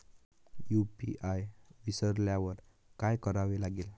UPI विसरल्यावर काय करावे लागेल?